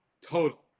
total